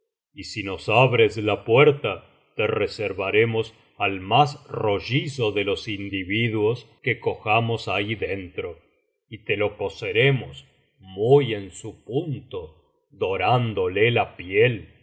y si nos abres la puerta te reservaremos al más rollizo de los individuos que cojamos ahí dentro y te lo coceremos muy en su punto dorándole la piel